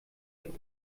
mit